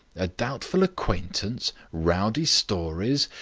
a doubtful acquaintance rowdy stories,